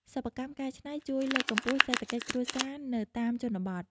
សិប្បកម្មកែច្នៃជួយលើកកម្ពស់សេដ្ឋកិច្ចគ្រួសារនៅតាមជនបទ។